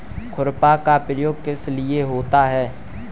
खुरपा का प्रयोग किस लिए होता है?